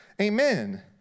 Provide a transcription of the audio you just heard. Amen